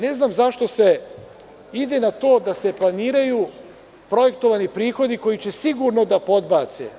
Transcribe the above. Ne znam zašto se ide na to da se planiraju projektovani prihodi koji će sigurno da podbace.